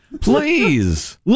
please